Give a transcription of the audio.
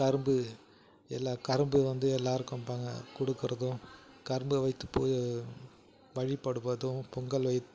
கரும்பு எல்லா கரும்பு வந்து எல்லோருக்கும் பா கொடுக்கறதும் கரும்பை வைத்து பூ வழிபடுவதும் பொங்கல் வை